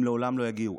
הם לעולם לא יגיעו.